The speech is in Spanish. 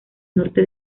norte